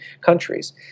countries